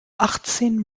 achtzehn